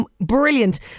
brilliant